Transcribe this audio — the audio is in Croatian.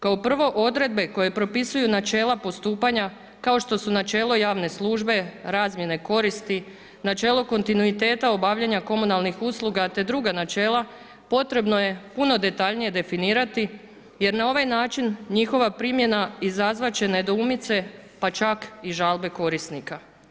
Kao prvo, odredbe koje propisuju načela postupanja kao što su načelo javne službe, razmjene, koristi, načelo kontinuiteta obavljanja komunalnih usluga, te druga načela potrebno je puno detaljnije definirati, jer na ovaj način njihova primjena izazvat će nedoumice pa čak i žalbe korisnika.